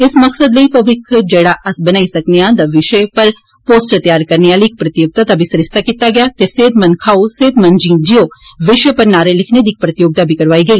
इस मकसद लेई भविक्ख जेडा अस्स बनाई सकने आं विष्य पर पोस्टर तैयार करने आली इक प्रतियोगिता दा बी सरिस्ता कीता गेआ ते 'सेहतमंद खाओ सेहतमंद जीन जिओ' विषय पर नारे लिखने दी इक प्रतियोगिता बी कराई गेई